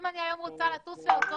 אם אני היום רוצה לטוס לארצות-הברית,